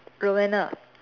Roanna